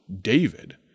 David